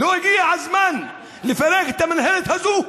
לא הגיע הזמן לפרק את המינהלת הזאת?